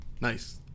Nice